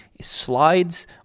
slides